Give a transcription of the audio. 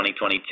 2022